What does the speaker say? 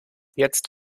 jetzt